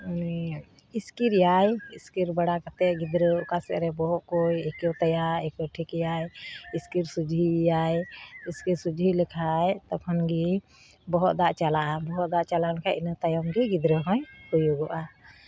ᱩᱱᱤ ᱤᱥᱠᱤᱨ ᱮᱭᱟᱭ ᱤᱥᱠᱤᱨ ᱵᱟᱲᱟ ᱠᱟᱛᱮᱜ ᱜᱤᱫᱽᱨᱟᱹ ᱚᱠᱟ ᱥᱮᱜ ᱨᱮ ᱵᱚᱦᱚᱜ ᱠᱚᱭ ᱟᱹᱭᱠᱟᱹᱣ ᱛᱟᱭᱟ ᱟᱹᱭᱠᱟᱹᱣ ᱴᱷᱤᱠᱮᱭᱟᱭ ᱤᱥᱠᱤᱨ ᱥᱚᱡᱷᱮᱭᱮᱭᱟᱭ ᱤᱥᱠᱤᱨ ᱥᱚᱡᱷᱮ ᱞᱮᱠᱷᱟᱡ ᱛᱚᱠᱷᱚᱱ ᱜᱮ ᱵᱚᱦᱚᱜ ᱫᱟᱜ ᱪᱟᱞᱟᱜᱼᱟ ᱵᱚᱦᱚᱜ ᱫᱟᱜ ᱪᱟᱞᱟᱣ ᱞᱮᱱᱠᱷᱟᱡ ᱤᱱᱟᱹ ᱛᱟᱭᱚᱢ ᱜᱮᱭ ᱜᱤᱫᱽᱨᱟᱹ ᱦᱚᱭ ᱦᱩᱭᱩᱜᱚᱜᱼᱟ